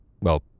Well